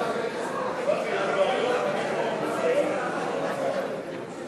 אין הצעת סיעת יש עתיד להביע אי-אמון בממשלה לא נתקבלה.